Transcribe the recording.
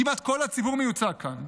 כמעט כל הציבור מיוצג כאן.